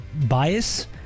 bias